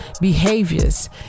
behaviors